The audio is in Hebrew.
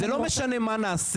זה לא משנה מה נעשה,